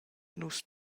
nus